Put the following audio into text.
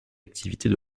activités